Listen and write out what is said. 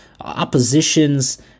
oppositions